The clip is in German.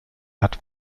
hat